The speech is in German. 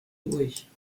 durch